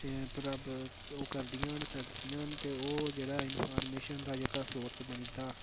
बराबर ओह् करदियां न सददियां न ते ओह् जेह्ड़ा इन्फॉर्मेशन दा जेह्का सोर्स बनी'दा